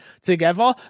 together